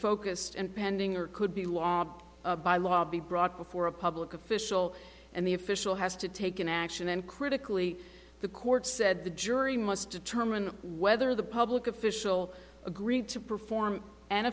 focused and pending or could be law by law be brought before a public official and the official has to take an action and critically the court said the jury must determine whether the public official agreed to perform an